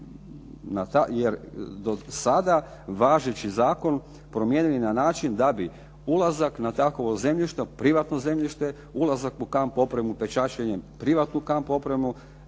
bi do sada važeći zakon promijenili na način da bi ulazak na takovo zemljište, privatno zemljište, ulazak u kamp opremu pečaćenjem privatnu kamp opremu,